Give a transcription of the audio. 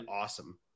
awesome